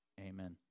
Amen